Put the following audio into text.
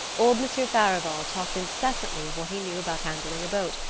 old monsieur farival talked incessantly of what he knew about handling a boat,